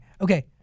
Okay